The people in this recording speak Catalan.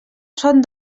són